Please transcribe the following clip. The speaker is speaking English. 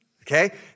okay